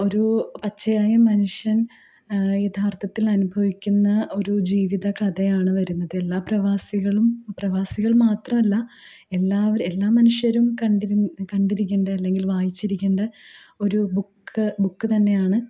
ഒരു പച്ചയായ മനുഷ്യൻ യഥാർത്ഥത്തിൽ അനുഭവിക്കുന്ന ഒരു ജീവിതകഥയാണ് വരുന്നത് എല്ലാ പ്രവാസികളും പ്രവാസികൾ മാത്രമല്ല എല്ലാ മനുഷ്യരും കണ്ടിരിക്കേണ്ട അല്ലെങ്കിൽ വായിച്ചിരിക്കേണ്ട ഒരു ബുക്ക് ബുക്ക് തന്നെയാണ്